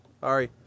Sorry